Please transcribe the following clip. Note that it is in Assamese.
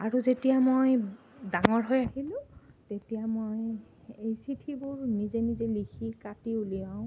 আৰু যেতিয়া মই ডাঙৰ হৈ আহিলো তেতিয়া মই এই চিঠিবোৰ নিজে নিজে লিখি কাটি উলিয়াওঁ